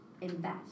invest